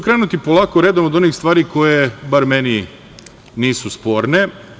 Krenuću polako redom od onih stvari koje, bar meni, nisu sporne.